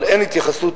אבל אין התייחסות